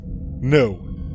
No